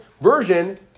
version